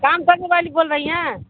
کام کرنے والی بول رہی ہیں